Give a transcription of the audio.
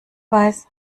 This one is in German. weiß